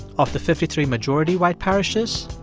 of the fifty three majority white parishes,